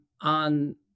on